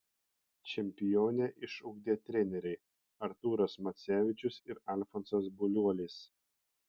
čempionę išugdė treneriai artūras macevičius ir alfonsas buliuolis